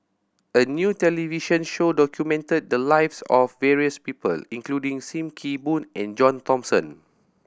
a new television show documented the lives of various people including Sim Kee Boon and John Thomson